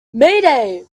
mayday